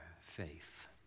faith